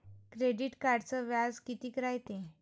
Credit कार्डचं व्याज कितीक रायते?